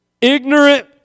ignorant